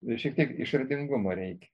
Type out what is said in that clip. šiek tiek išradingumo reikia